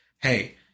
Hey